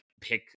pick